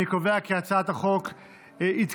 אני קובע כי הצעת החוק התקבלה,